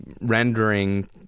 rendering